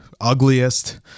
ugliest